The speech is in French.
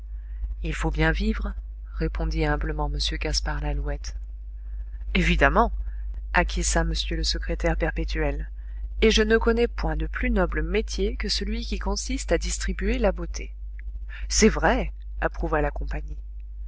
il faut bien vivre répondit humblement m gaspard lalouette évidemment acquiesça m le secrétaire perpétuel et je ne connais point de plus noble métier que celui qui consiste à distribuer la beauté c'est vrai approuva la compagnie